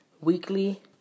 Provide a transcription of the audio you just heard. weekly